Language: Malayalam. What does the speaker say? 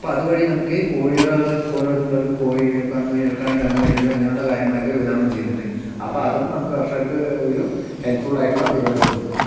അപ്പം അതുവഴി നമുക്ക് കോഴിയെ വള കോഴി വളർത്തണ്ടവർക്ക് കോഴിനെയോ കന്നുകാലികൾക്കാണെങ്കിൽ കന്നുകാലികളെയോ അങ്ങനുള്ള കാര്യങ്ങളൊക്കെ വിതരണം ചെയ്യുന്നുണ്ട് അപ്പം അതും നമുക്ക് കർഷകർക്ക് ഒരു ഹെൽപ്പ് ഫുൾ ആയിട്ടുള്ള പരിപാടിയാണ്